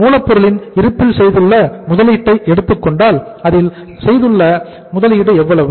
மூலப்பொருளின் இருப்பில் செய்துள்ள முதலீட்டை எடுத்துக் கொண்டால் அதில் செய்துள்ள முதலீடு எவ்வளவு